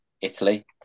Italy